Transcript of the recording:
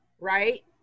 right